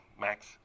Max